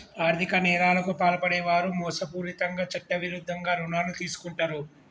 ఆర్ధిక నేరాలకు పాల్పడే వారు మోసపూరితంగా చట్టవిరుద్ధంగా రుణాలు తీసుకుంటరు